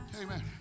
amen